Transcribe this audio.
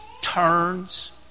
turns